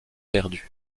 perdus